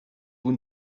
vous